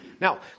Now